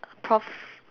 prof~